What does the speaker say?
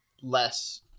less